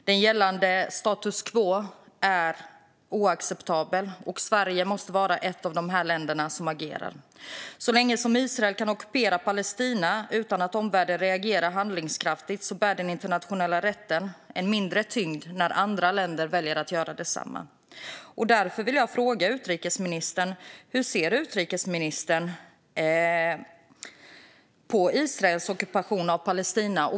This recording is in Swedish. Det gällande status quo är oacceptabelt, och Sverige måste vara ett av de länder som agerar. Så länge Israel kan ockupera Palestina utan att omvärlden reagerar handlingskraftigt väger den internationella rätten mindre när andra länder väljer att göra likadant. Därför vill jag fråga utrikesministern: Hur ser utrikesministern på Israels ockupation av Palestina?